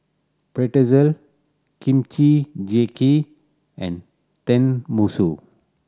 Pretzel Kimchi Jjigae and Tenmusu